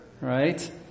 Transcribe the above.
right